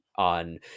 On